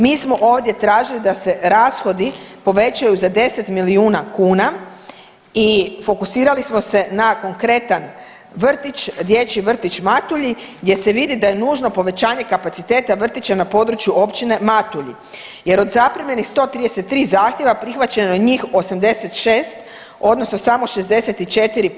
Mi smo ovdje tražili da se rashodi povećaju za 10 milijuna kuna i fokusirali smo se na konkretan vrtić, Dječji vrtić Matulji gdje se vidi da je nužno povećanje kapaciteta vrtića na području općine Matulji jer od zaprimljenih 133 zahtjeva, prihvaćeno je njih 86, odnosno samo 64%